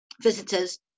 visitors